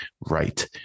right